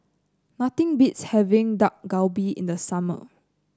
nothing beats having Dak Galbi in the summer